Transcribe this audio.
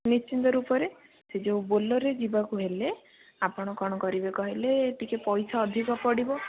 ନିଶ୍ଚିନ୍ତ ରୂପରେ ସେ ଯେଉଁ ବୋଲେରୋରେ ଯିବାକୁ ହେଲେ ଆପଣ କ'ଣ କରିବେ କହିଲେ ଟିକିଏ ପଇସା ଅଧିକ ପଡ଼ିବ